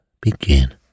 begin